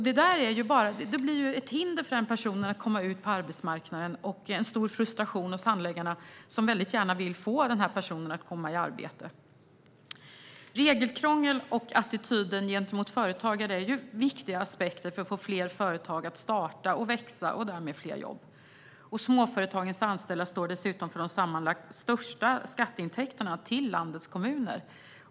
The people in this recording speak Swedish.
Det blir ett hinder för den personen att komma ut på arbetsmarknaden och en stor frustration hos handläggarna som gärna vill få den här personen att komma i arbete. Regelkrångel och attityden gentemot företagare är viktiga aspekter för att få fler företag att starta och växa och därmed skapa fler jobb. Småföretagens anställda står dessutom för de sammanlagt största skatteintäkterna till landets kommuner.